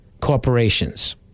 corporations